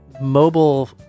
mobile